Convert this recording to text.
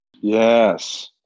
Yes